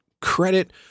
credit